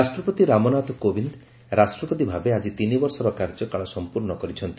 ପ୍ରେଜ୍ ରାଷ୍ଟ୍ରପତି ରାମନାଥ କୋବିନ୍ଦ ରାଷ୍ଟ୍ରପତି ଭାବେ ଆଜି ତିନିବର୍ଷର କାର୍ଯ୍ୟକାଳ ସମ୍ପର୍ଣ୍ଣ କରିଛନ୍ତି